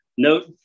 Note